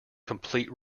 complete